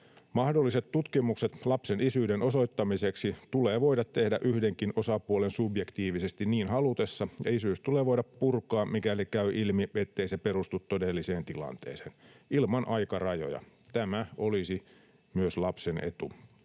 Mahdolliset tutkimukset lapsen isyyden osoittamiseksi tulee voida tehdä yhdenkin osapuolen subjektiivisesti niin halutessa, ja isyys tulee voida purkaa, mikäli käy ilmi, ettei se perustu todelliseen tilanteeseen, ilman aikarajoja. Tämä olisi myös lapsen etu,